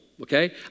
okay